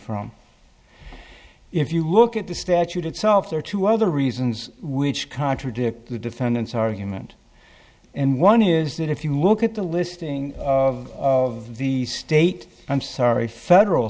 from if you look at the statute itself there are two other reasons which contradict the defendant's argument and one is that if you look at the listing of of the state i'm sorry federal